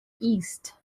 east